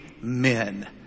men